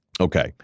Okay